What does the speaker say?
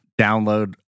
download